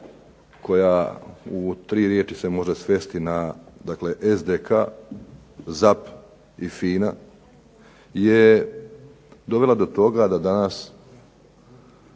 koja u tri riječi se može svesti na SDK, ZAP i FINA je dovela do toga da danas